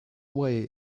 way